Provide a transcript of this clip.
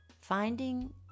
finding